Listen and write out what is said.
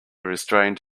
restrained